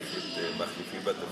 ומעריך את מחליפי בתפקיד,